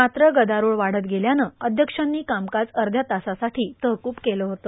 मात्र गदारोळ वाढत गेल्यानं अध्यक्षांनी कामकाज अर्ध्या तासासाठी तहकूब केलं होतं